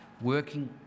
working